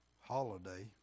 holiday